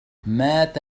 مات